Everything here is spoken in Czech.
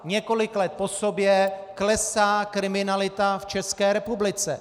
Několik let po sobě klesá kriminalita v České republice.